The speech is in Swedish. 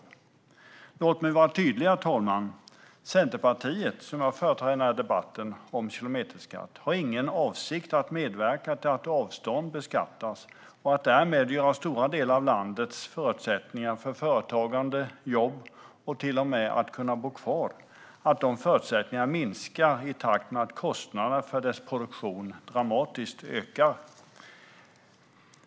Låt mig vara tydlig, herr talman. Centerpartiet, som jag företräder i den här debatten om kilometerskatt, har ingen avsikt att medverka till att avstånd beskattas och att stora delar av landets förutsättningar för företagande, jobb och till och med att bo kvar därmed minskar i takt med att kostnaderna för dess produktion dramatiskt ökar.